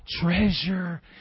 Treasure